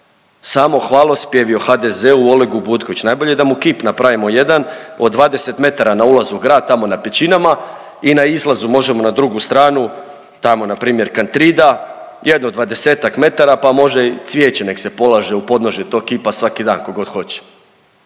Samo hvalospjevi o HDZ-u i Olegu Butkoviću, najbolje da mu kip napravimo jedan od 20 m na ulazu u grad tamo na Pećinama i na izlazu možemo na drugu stranu, tamo na primjer Kantrida jedno dvadesetak metara pa može i cvijeće nek' se polaže u podnožje tog kipa svaki dan tko god hoće.